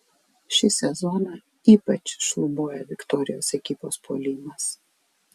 šį sezoną ypač šlubuoja vitorijos ekipos puolimas